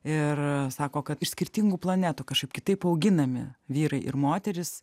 ir sako kad iš skirtingų planetų kažkaip kitaip auginami vyrai ir moterys